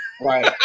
Right